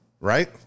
right